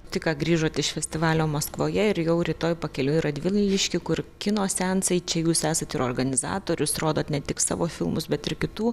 tik ką grįžot iš festivalio maskvoje ir jau rytoj pakeliui į radviliškį kur kino seansai čia jūs esat ir organizatorius rodot ne tik savo filmus bet ir kitų